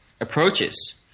approaches